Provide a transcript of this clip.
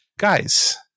guys